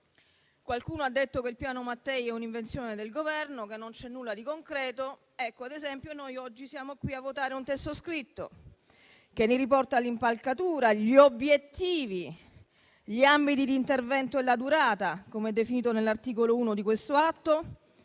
Qualcuno ha detto che il Piano Mattei è un'invenzione del Governo e che non c'è nulla di concreto. Tuttavia, noi oggi siamo qui a votare un testo scritto che ne riporta l'impalcatura, gli obiettivi, gli ambiti di intervento e la durata, come definito nell'articolo 1 di questo atto.